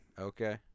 Okay